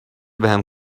بهم